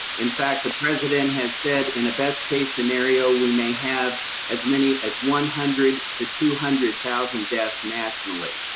in fact, the president has said in a best-case scenario, we may have as many as one hundred to two hundred thousand deaths, nationally.